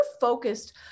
focused